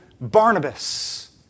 Barnabas